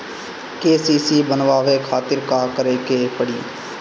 KCC बनवावे खातिर का करे के पड़ी?